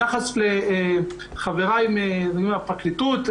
ביחס לחבריי מהפרקליטות,